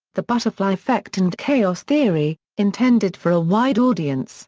the butterfly effect and chaos theory, intended for a wide audience.